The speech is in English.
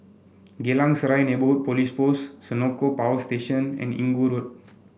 Geylang Serai Neighbourhood Police Post Senoko Power Station and Inggu Road